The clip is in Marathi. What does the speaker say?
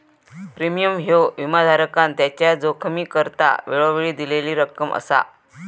प्रीमियम ह्यो विमाधारकान त्याच्या जोखमीकरता वेळोवेळी दिलेली रक्कम असा